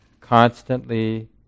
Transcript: constantly